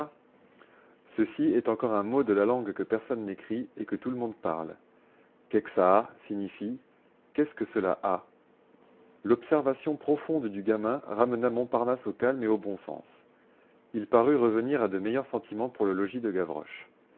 ceci est encore un mot de la langue que personne n'écrit et que tout le monde parle kekçaa signifie qu'est-ce que cela a l'observation profonde du gamin ramena montparnasse au calme et au bon sens il parut revenir à de meilleurs sentiments pour le logis de gavroche